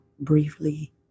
briefly